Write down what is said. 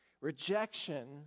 Rejection